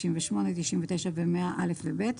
99 ו-100(א) ו-(ב),